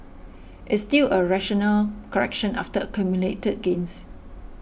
it's still a rational correction after accumulated gains